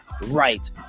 right